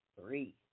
Three